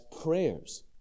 prayers